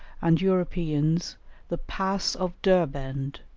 and europeans the pass of derbend,